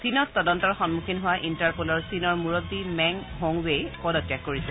চীনত তদন্তৰ সন্মুখীন হোৱা ইণ্টাৰপলৰ চীনৰ মুৰববী মেং হোংৱেই এ পদত্যাগ কৰিছে